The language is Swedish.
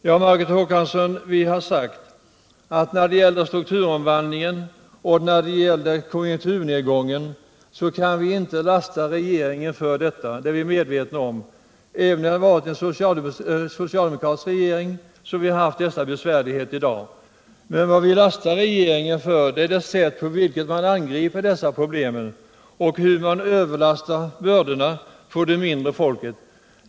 Ja, Margot Håkansson, vi har sagt att vi inte kan lasta regeringen för strukturomvandlingen och för konjunkturnedgången. Vi är medvetna om att vi hade haft dessa besvärligheter i dag, även om vi hade haft en socialdemokratisk regering. Men det som vi lastar regeringen för är det sätt på vilket man angriper dessa problem, nämligen genom att lägga bördorna på de mindre inkomsttagarna.